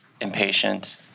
impatient